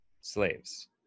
slaves